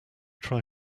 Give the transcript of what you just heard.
try